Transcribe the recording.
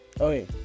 Okay